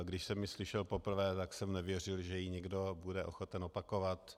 Když jsem ji slyšel poprvé, tak jsem nevěřil, že ji někdo bude ochoten opakovat.